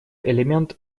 элемент